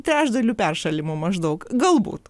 trečdaliu peršalimu maždaug galbūt